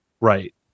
right